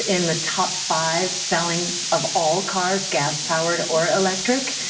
in the top five selling of all cars, gas powered or electric.